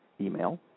email